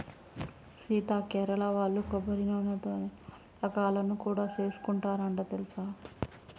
సీత కేరళ వాళ్ళు కొబ్బరి నూనెతోనే వంటకాలను కూడా సేసుకుంటారంట తెలుసా